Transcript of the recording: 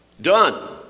done